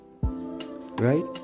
right